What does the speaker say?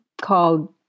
called